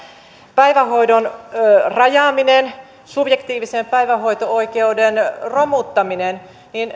päivähoidon rajaaminen subjektiivisen päivähoito oikeuden romuttaminen